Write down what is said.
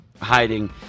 hiding